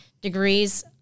degrees